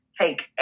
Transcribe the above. take